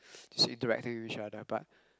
just interacting with each other but